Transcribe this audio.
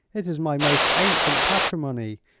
it is my most ancient patrimony,